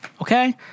okay